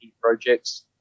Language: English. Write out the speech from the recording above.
projects